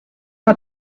hat